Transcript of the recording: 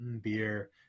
beer